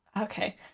okay